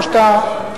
או שאתה,